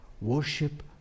worship